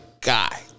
guy